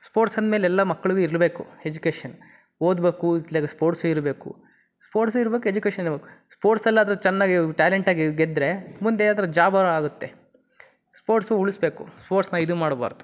sports ಅಂದ ಮೇಲೆ ಎಲ್ಲ ಮಕ್ಳಿಗೂ ಇರ್ಲೇಬೇಕು ಎಜುಕೇಷನ್ ಓದ್ಬೇಕು ಇತ್ಲಾಗೆ ಸ್ಪೋರ್ಟ್ಸು ಇರಬೇಕು ಸ್ಪೋರ್ಟ್ಸು ಇರ್ಬೇಕು ಎಜುಕೇಷನ್ನು ಇರ್ಬೇಕು ಸ್ಪೋರ್ಟ್ಸಲ್ಲಾದ್ರೆ ಚೆನ್ನಾಗಿ ಟ್ಯಾಲೆಂಟಾಗಿ ಗೆದ್ದರೆ ಮುಂದೆ ಯಾವ್ದಾರೂ ಜಾಬ ಆಗುತ್ತೆ ಸ್ಪೋರ್ಟ್ಸು ಉಳಿಸ್ಬೇಕು ಸ್ಪೋರ್ಟ್ಸ್ನ ಇದು ಮಾಡಬಾರ್ದು